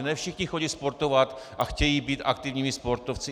Ne všichni chodí sportovat a chtějí být aktivními sportovci.